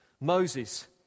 Moses